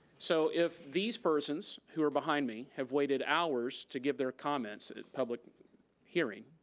so if these persons who are behind me have waited hours to give their comments at public hearing,